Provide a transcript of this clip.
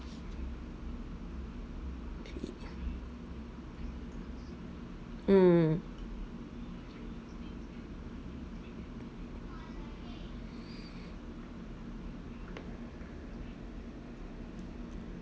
mm